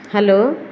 hello